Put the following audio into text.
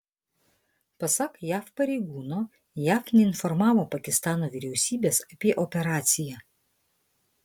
pasak jav pareigūno jav neinformavo pakistano vyriausybės apie operaciją